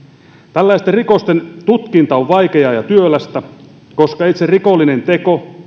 tällaisten rikosten tutkinta on vaikeaa ja työlästä koska itse rikollinen teko